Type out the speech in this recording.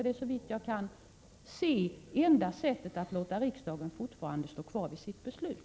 Det är såvitt jag kan se enda sättet att låta riksdagen stå kvar vid sitt beslut.